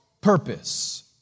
purpose